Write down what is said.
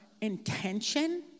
intention